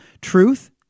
truth